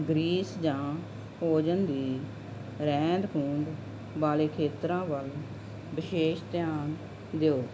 grease ਜਾਂ ਭੋਜਨ ਦੀ ਰਹਿੰਦ ਖੂੰਹਦ ਵਾਲੇ ਖੇਤਰਾਂ ਵੱਲ ਵਿਸ਼ੇਸ਼ ਧਿਆਨ ਦਿਓ